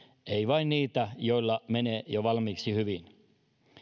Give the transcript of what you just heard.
ei vain niitä joilla menee jo valmiiksi hyvin